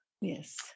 Yes